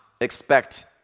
expect